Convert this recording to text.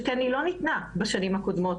שכן היא לא ניתנה בשנים הקודמות.